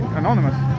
anonymous